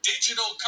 Digital